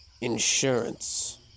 insurance